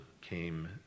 came